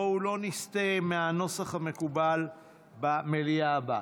בואו לא נסטה מהנוסח המקובל במליאה הבאה.